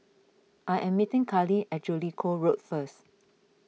I am meeting Kallie at Jellicoe Road first